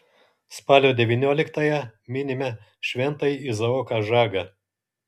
spalio devynioliktąją minime šventąjį izaoką žagą